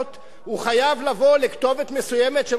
לכתובת מסוימת של רופא שיניים בתל-אביב.